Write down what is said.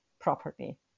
properly